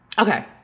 Okay